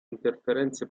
interferenze